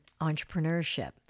entrepreneurship